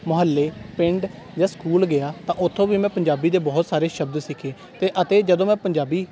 ਮੁਹੱਲੇ ਪਿੰਡ ਜਾਂ ਸਕੂਲ ਗਿਆ ਤਾਂ ਉੱਥੋਂ ਵੀ ਮੈਂ ਪੰਜਾਬੀ ਦੇ ਬਹੁਤ ਸਾਰੇ ਸ਼ਬਦ ਸਿੱਖੇ ਤੇ ਅਤੇ ਜਦੋਂ ਮੈਂ ਪੰਜਾਬੀ